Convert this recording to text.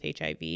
HIV